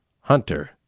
Hunter